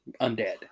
undead